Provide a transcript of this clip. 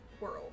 world